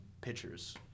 pitchers